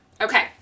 Okay